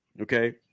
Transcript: Okay